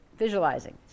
Visualizing